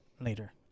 later